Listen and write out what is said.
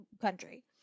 country